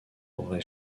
aurait